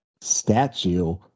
statue